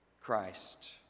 Christ